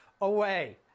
away